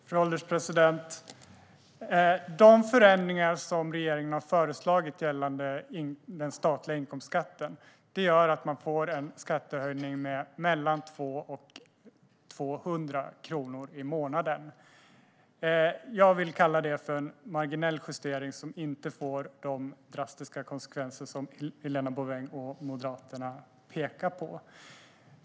Fru ålderspresident! De förändringar som regeringen har föreslagit gällande den statliga inkomstskatten gör att man får en skattehöjning med mellan 2 och 200 kronor i månaden. Jag vill kalla det för en marginell justering, som inte får de drastiska konsekvenser som Helena Bouveng och Moderaterna pekar på.